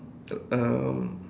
um